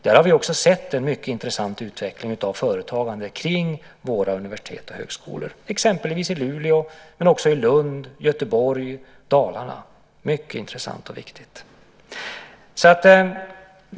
Där har vi också sett en mycket intressant utveckling av företagande kring våra universitet och högskolor, exempelvis i Luleå men också i Lund, Göteborg och Dalarna. Det är mycket intressant och viktigt.